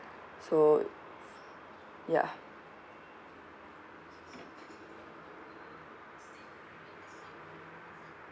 so ya